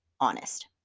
honest